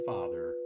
Father